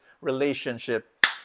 relationship